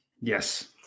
Yes